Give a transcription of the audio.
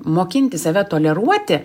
mokinti save toleruoti